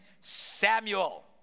Samuel